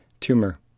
tumor